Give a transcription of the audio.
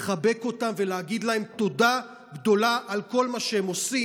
לחבק אותם ולהגיד להם תודה גדולה על כל מה שהם עושים,